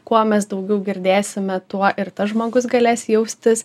kuo mes daugiau girdėsime tuo ir tas žmogus galės jaustis